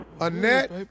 Annette